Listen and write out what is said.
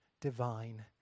divine